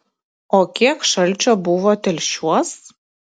o kiek šalčio buvo telšiuos